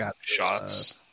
shots